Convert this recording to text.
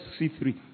C3